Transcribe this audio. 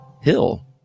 Hill